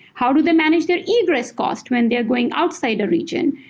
how do they manage their egress cost when they're going outside the region?